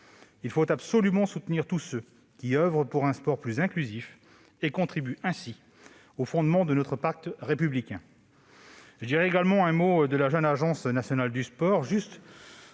Il faut absolument soutenir tous ceux qui oeuvrent pour un sport plus inclusif et contribuent ainsi aux fondements de notre pacte républicain. En ce qui concerne la jeune Agence nationale du sport,